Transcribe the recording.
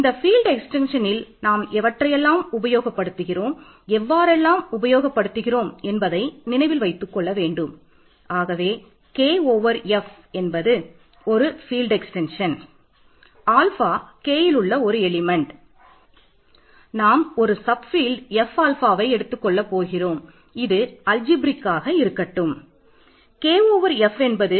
K over F